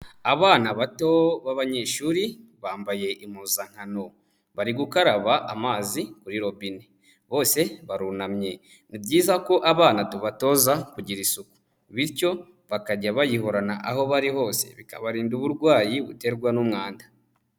Abana bato b'abanyeshuri bambaye impuzankano, bari gukaraba amazi kuri robine, bose barunamye, ni byiza ko abana tubatoza kugira isuku, bityo bakajya bayihorana aho bari hose, bikabarinda uburwayi buterwa n'umwanda.